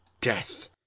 death